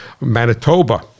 Manitoba